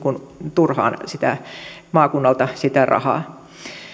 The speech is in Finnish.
turhaan maakunnalta sitä rahaa